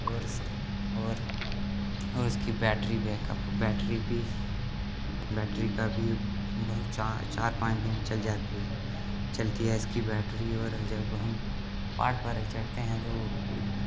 होर होर होर इसकी बैटरी बैकअप बैटरी बी बैटरी का बी बहु चार पांच दिन चल जाती चलती है इसकी बैटरी और जब हम पहाड़ पर चढ़ते हे तो